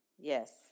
Yes